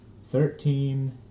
thirteen